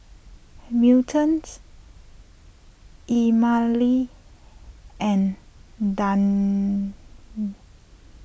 Melton's Emmalee and Dagny